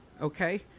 okay